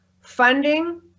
funding